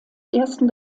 ersten